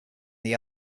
the